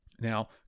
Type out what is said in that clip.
Now